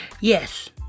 Yes